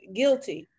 guilty